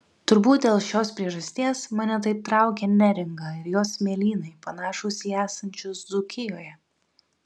turbūt dėl šios priežasties mane taip traukia neringa ir jos smėlynai panašūs į esančius dzūkijoje